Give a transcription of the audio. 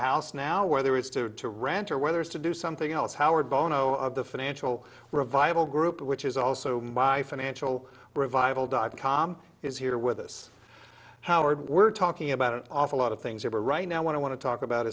house now whether it's two to rant or whether it's to do something else howard bono of the financial revival group which is also by financial revival dot com is here with us howard we're talking about an awful lot of things are right now want to talk about